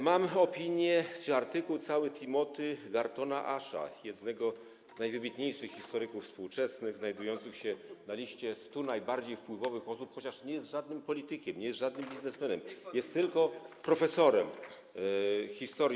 Mam opinię czy cały artykuł Timothy’ego Gartona Asha, jednego z najwybitniejszych historyków współczesnych znajdujących się na liście 100 najbardziej wpływowych osób, chociaż nie jest żadnym politykiem, nie jest żadnym biznesmenem, jest tylko profesorem historii.